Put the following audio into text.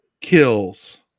kills